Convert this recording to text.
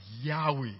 Yahweh